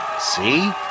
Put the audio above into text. See